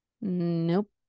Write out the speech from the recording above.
nope